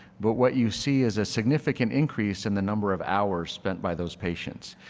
but what you see is a significant increase in the number of hours spent by those patients.